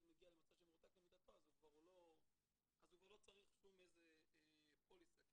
מגיע למצב שהוא מרותק למיטתו אז הוא כבר לא צריך שום פוליסה כי